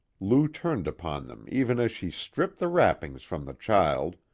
lou turned upon them even as she stripped the wrappings from the child.